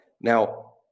Now